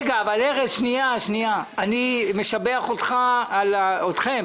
רק שנייה, ארז, אני משבח אתכם